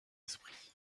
esprits